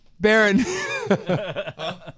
Baron